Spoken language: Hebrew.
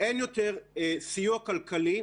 אין יותר סיוע כלכלי,